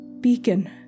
beacon